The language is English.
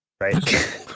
right